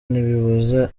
ntibibuza